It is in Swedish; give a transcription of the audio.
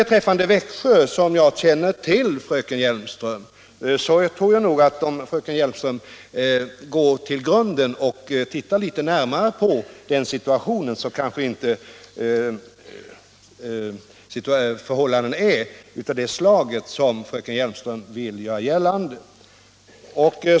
Beträffande Växjö kommun, som jag känner till, tror jag att om fröken Hjelmström går till grunden och tittar litet närmare på situationen där, skall hon finna att förhållandena inte är sådana som hon vill göra gällande.